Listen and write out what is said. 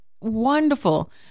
wonderful